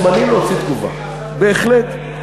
אתם מוזמנים להוציא תגובה, בהחלט.